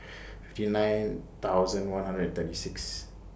fifty nine thousand one hundred and thirty six